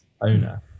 owner